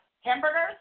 Hamburgers